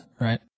right